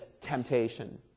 temptation